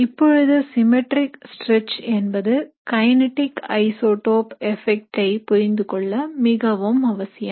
இப்பொழுது symmetric stretch என்பது kinetic isotope effect ஐ புரிந்துகொள்ள மிக அவசியம்